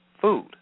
food